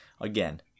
again